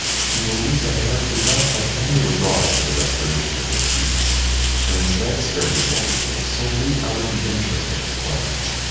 she believes that eric did not have any regard for the restoration of their peace but instead spared his life solely out of the interest of his plans.